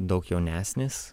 daug jaunesnis